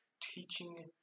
teaching